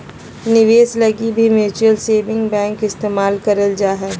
निवेश लगी भी म्युचुअल सेविंग बैंक के इस्तेमाल करल जा हय